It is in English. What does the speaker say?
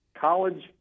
college